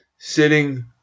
sitting